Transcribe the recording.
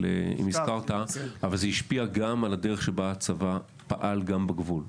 אבל זה השפיע גם על הדרך שבה הצה"ל פעל גם בגבול,